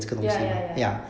ya ya ya